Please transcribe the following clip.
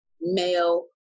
male